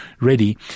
ready